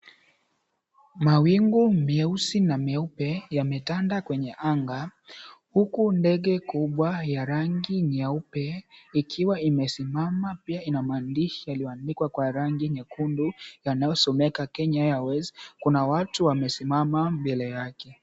Mawingu meusi na meupe yametanda kwenye anga, huku ndege kubwa ya rangi nyeupe ikiwa imesimama pia ina maandishi yaliyoandikwa kwa rangi nyekundu yanayosomeka Kenya Airways. Kuna watu wamesimama mbele yake.